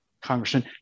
Congressman